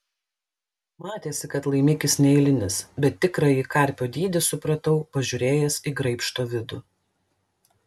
matėsi kad laimikis neeilinis bet tikrąjį karpio dydį supratau pažiūrėjęs į graibšto vidų